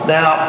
Now